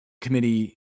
committee